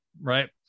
right